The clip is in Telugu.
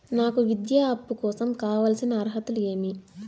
నాకు విద్యా అప్పు కోసం కావాల్సిన అర్హతలు ఏమి?